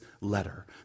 letter